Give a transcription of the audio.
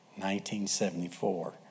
1974